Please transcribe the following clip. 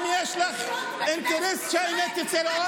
אם יש לך אינטרס שהאמת תצא לאור,